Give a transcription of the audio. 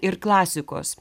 ir klasikos